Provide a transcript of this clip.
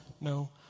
no